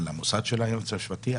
על המוסד של היועץ המשפטי.